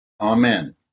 Amen